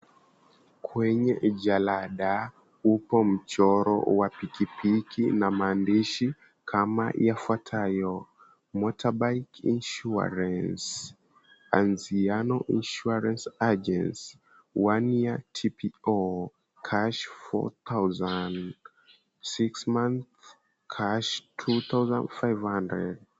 Kwenye jalada uko mchoro wa pikipiki na maandishi kama yafuatayo, Motorbike Insurance, Anziano Insurance Agency, 1 Year TPO, Cash 4000, 6 Months, Cash 2500.